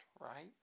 right